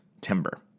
timber